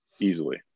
easily